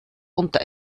unter